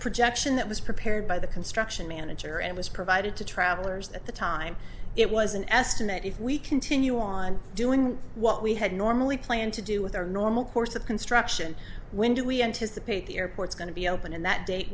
projection that was prepared by the construction manager and was provided to travelers at the time it was an estimate if we continue on doing what we had normally planned to do with our normal course of construction when do we anticipate the airports going to be open in that date